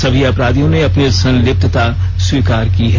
सभी अपराधियों ने अपनी संलिप्तता स्वीकार की है